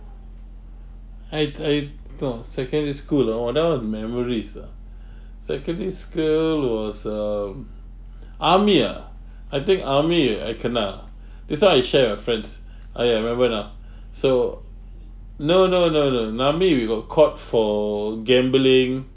at at no secondary school oh oh that one memories lah secondary school was um army ah I think army I kena that's why I share your friends !aiya! remember now so no no no no in army we got caught for gambling